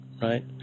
right